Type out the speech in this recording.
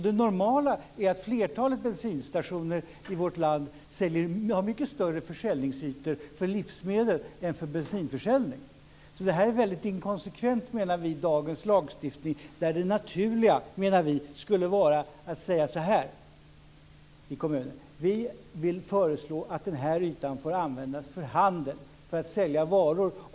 Det normala för flertalet bensinstationer i vårt land är att ha mycket större försäljningsytor för livsmedel än för bensinförsäljning. Vi menar att detta är väldigt inkonsekvent i dagens lagstiftning. Vi menar att det naturliga i kommunerna skulle vara att säga så här: Vi föreslår att den här ytan får användas för handel, för att sälja varor.